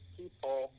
people